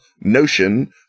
notion